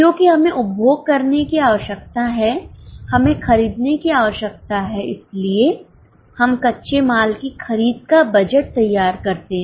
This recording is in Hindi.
क्योंकि हमें उपभोग करने की आवश्यकता है हमें खरीदने की आवश्यकता है इसलिए हम कच्चे माल की खरीद का बजट तैयार करते हैं